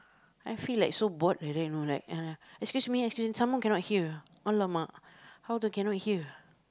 I feel like so bored like that you know like uh excuse me excuse me some more cannot hear !alamak! how to cannot hear